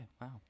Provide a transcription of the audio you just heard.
Wow